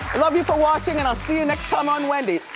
love you for watching and i'll see you next time on wendy.